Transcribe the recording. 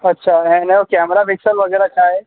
अच्छा ऐं इन जो केमरा पिक्सल वग़ैरह छाहे